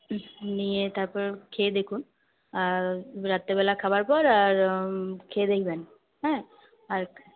নিয়ে তারপর খেয়ে দেখুন আর রাত্রেবেলা খাওয়ার পর আর খেয়ে দেখবেন হ্যাঁ আর